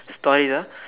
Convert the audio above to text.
story ah